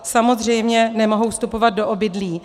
Samozřejmě nemohou vstupovat do obydlí.